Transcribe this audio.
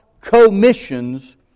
commissions